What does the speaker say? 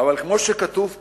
אבל כמו שכתוב פה,